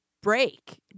break